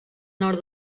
nord